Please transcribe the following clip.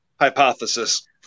hypothesis